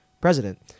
president